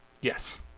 Yes